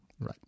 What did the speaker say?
Right